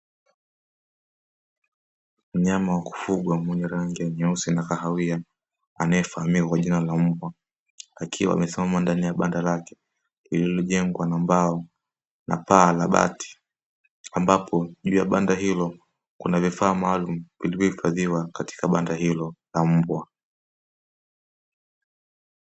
Mnyama wa kufugwa mwenye rangi nyeusi na kahawia anayefahamika kwa jina la mbwa akiwa amesimama ndani ya banda lake lililojengwa na mbao na paa la bati, ambapo juu ya banda hilo kuna vifaa maalumu vilivyohifadhiwa katika banda hilo la mbwa.